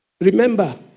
Remember